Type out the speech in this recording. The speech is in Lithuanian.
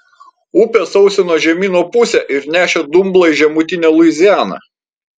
upė sausino žemyno pusę ir nešė dumblą į žemutinę luizianą